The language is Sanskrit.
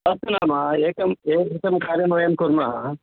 अस्तु नाम एकम् एकं कार्यं वयं कुर्मः